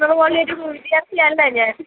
ഒരു വിദ്യാർത്ഥിയല്ലേ ഞാൻ